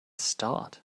start